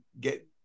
get